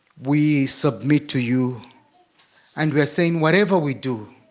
we submit to you and missing whatever we do